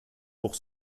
pour